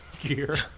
gear